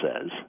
says